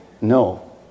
No